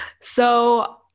so-